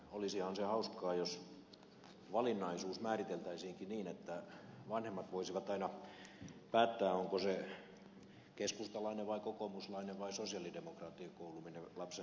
olisihan se hauskaa jos valinnaisuus määriteltäisiinkin niin että vanhemmat voisivat aina päättää onko se keskustalainen vai kokoomuslainen vai sosialidemokraattien koulu minne lapsensa laittavat